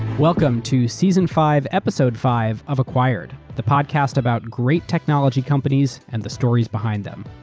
welcome to season five episode five of acquired, the podcast about great technology companies and the stories behind them.